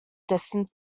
distance